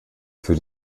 für